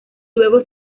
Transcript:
luego